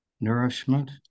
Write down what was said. nourishment